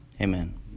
Amen